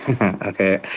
Okay